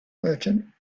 merchant